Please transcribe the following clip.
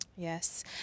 Yes